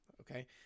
Okay